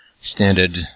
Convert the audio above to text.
standard